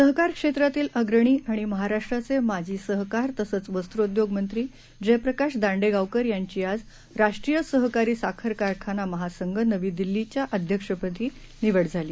सहकारक्षेत्रातीलअग्रणीआणिमहाराष्ट्राचेमाजीसहकारतसंचवस्त्रोद्योगमंत्रीजयप्रकाशदांडेगावकरयांचीआजराष्ट्रीयसहकारीसाखर कारखानामहासंघनवीदिल्लीच्याअध्यक्षपदीनिवडझाली